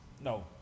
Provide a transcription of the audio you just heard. No